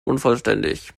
unvollständig